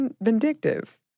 vindictive